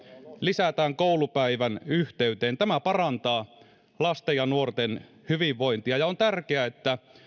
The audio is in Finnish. lisätään koulupäivän yhteyteen tämä parantaa lasten ja nuorten hyvinvointia on tärkeää että